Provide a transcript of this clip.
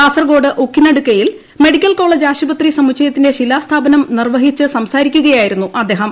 കാസർഗോഡ് ഉക്കിനടുക്കയിൽ മെഡിക്കൽകോളേജ് ആശുപത്രി സമുച്ചയത്തിന്റെ ശിലാസ്ഥാപനം നിർവ്വഹിച്ച് സംസാരിക്കുകയായിരുന്നു അദ്ദേഹം